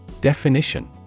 Definition